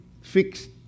fixed